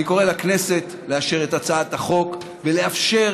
אני קורא לכנסת לאשר את הצעת החוק ולאפשר